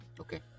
Okay